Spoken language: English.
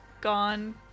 gone